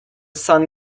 sun